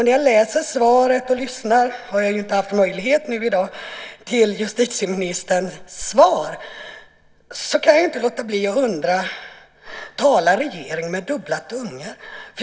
När jag läser - jag har ju inte haft möjlighet i dag att lyssna - justitieministerns svar kan jag inte låta bli att undra: Talar regeringen med dubbla tungor?